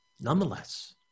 Nonetheless